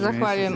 Zahvaljujem.